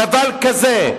נבל כזה,